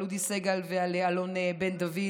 על אודי סגל ועל אלון בן דוד,